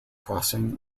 crossing